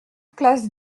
place